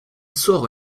sort